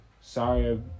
sorry